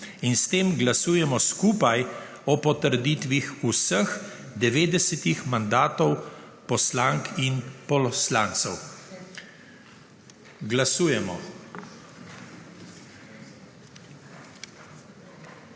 in s tem glasujemo skupaj o potrditvi vseh 90 mandatov poslank in poslancev. Glasujemo.